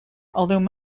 although